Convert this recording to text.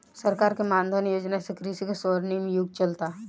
सरकार के मान धन योजना से कृषि के स्वर्णिम युग चलता